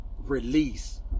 release